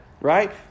right